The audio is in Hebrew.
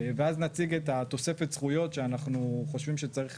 ואז נציג את תוספת הזכויות שאנחנו חושבים שצריך